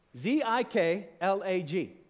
Z-I-K-L-A-G